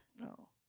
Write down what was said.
No